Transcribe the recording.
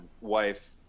wife